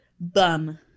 bum